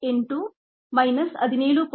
8 minus 17